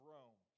Rome